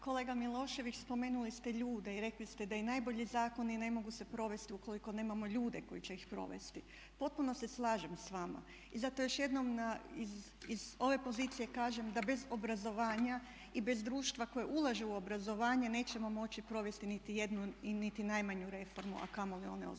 Kolega Milošević spomenuli ste ljude i rekli ste da i najbolji zakoni ne mogu se provesti ukoliko nemamo ljude koji će ih provesti. Potpuno se slažem s vama. I zato još jednom iz ove pozicije kažem da bez obrazovanja i bez društva koje ulaže u obrazovanje nećemo moći provesti niti jednu i niti najmanju reformu a kamoli one ozbiljnije.